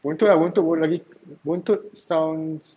buntut ah buntut baru lagi buntut sounds